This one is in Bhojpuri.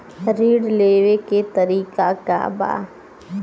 ऋण लेवे के तरीका का बा?